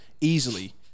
easily